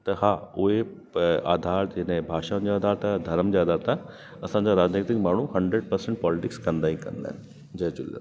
त हा उहे आधार ते हिन भाषा जा दाता धर्म जा दाता असांजा राजनिति माण्हू हंड्रेड पर्सेंट पॉलिटिक्स कंदा ई कंदा आहिनि जय झूलेलाल